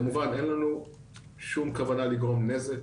כמובן אין לנו שום כוונה לגרום נזק,